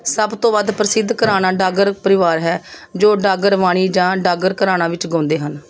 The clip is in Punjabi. ਸਭ ਤੋਂ ਵੱਧ ਪ੍ਰਸਿੱਧ ਘਰਾਣਾ ਡਾਗਰ ਪਰਿਵਾਰ ਹੈ ਜੋ ਡਾਗਰ ਵਾਣੀ ਜਾਂ ਡਾਗਰ ਘਰਾਣਾ ਵਿੱਚ ਗਾਉਂਦੇ ਹਨ